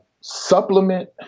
supplement